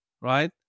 right